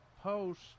post